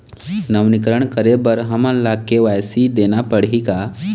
नवीनीकरण करे बर हमन ला के.वाई.सी देना पड़ही का?